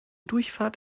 durchfahrt